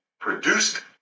produced